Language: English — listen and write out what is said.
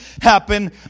happen